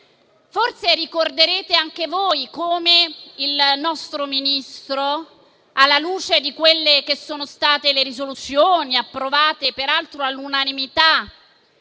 Forse lo ricorderete anche voi, come il nostro Ministro, alla luce di quelle che sono state le risoluzioni, approvate peraltro all'unanimità